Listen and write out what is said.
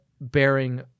bearing